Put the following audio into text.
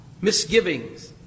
Misgivings